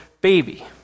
baby